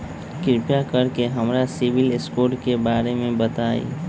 कृपा कर के हमरा सिबिल स्कोर के बारे में बताई?